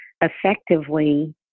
effectively